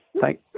Thank